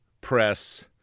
press